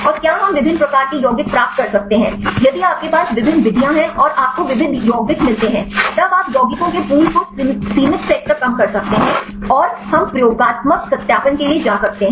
और क्या हम विभिन्न प्रकार के यौगिक प्राप्त कर सकते हैं यदि आपके पास विभिन्न विधियां हैं और आपको विविध यौगिक मिलते हैं तब आप यौगिकों के पूल को सीमित सेट तक कम कर सकते हैं और हम प्रयोगात्मक सत्यापन के लिए जा सकते हैं